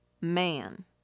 man